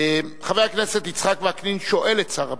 חבר הכנסת יצחק וקנין שואל את שר הבריאות,